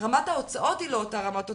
רמת ההוצאות היא לא אותה רמת הוצאות,